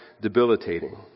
debilitating